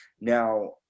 Now